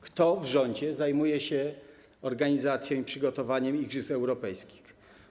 Kto w rządzie zajmuje się organizacją i przygotowaniem igrzysk europejskich?